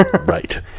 Right